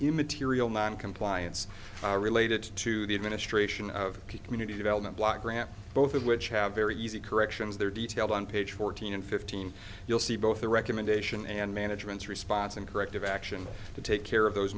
immaterial noncompliance related to the administration of the community development block grant both of which have very easy corrections there details on page fourteen and fifteen you'll see both the recommendation and management's response and corrective action to take care of those